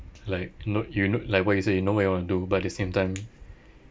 like n~ you know like what you say you know what you wanna do but at the same time